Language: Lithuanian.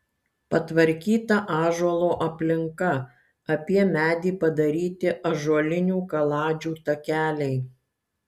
patvarkyta ąžuolo aplinka apie medį padaryti ąžuolinių kaladžių takeliai